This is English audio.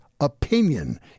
opinion